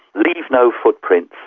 leave no footprints,